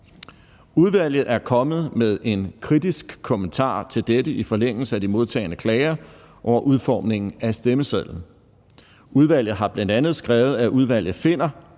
Udvalget er kommet med en kritisk kommentar til dette i forlængelse af de modtagne klager over udformningen af stemmesedlen. Udvalget har bl.a. skrevet, at udvalget finder,